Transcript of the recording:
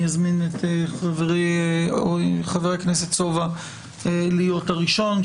אזמין את חברי חבר הכנסת סובה להיות הראשון.